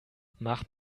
mach